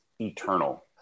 eternal